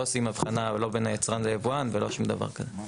עושים הבחנה לא בין היצרן ליבואן ולא שום דבר כזה.